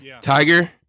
Tiger